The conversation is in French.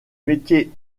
métier